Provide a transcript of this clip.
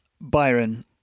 Byron